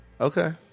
Okay